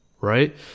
right